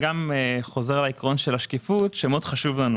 זה חוזר לעיקרון של השקיפות, שמאוד חשוב לנו.